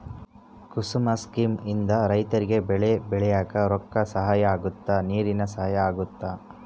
ಕುಸುಮ scheme ಇಂದ ರೈತರಿಗೆ ಬೆಳೆ ಬೆಳಿಯಾಕ ರೊಕ್ಕ ಸಹಾಯ ಅಗುತ್ತ ನೀರಿನ ಸಹಾಯ ಅಗುತ್ತ